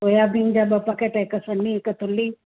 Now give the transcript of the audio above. soybean जा ॿ packet हिकु सन्ही हिकु थुली